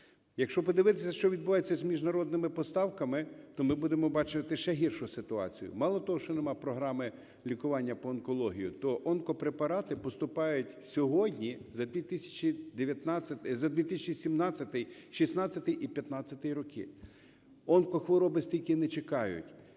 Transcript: Якщо подивитися, що відбувається з міжнародними поставками, то ми будемо бачити ще гіршу ситуацію. Мало того, що нема програми лікування по онкології, то онкопрепарати поступають сьогодні за 2017, 2016 і 2015 роки. Онкохвороби стільки не чекають,